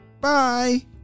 Bye